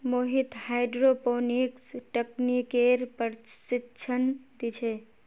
Mohit hydroponics तकनीकेर प्रशिक्षण दी छे